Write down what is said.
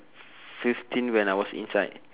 fifteen when I was inside